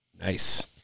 Nice